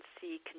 see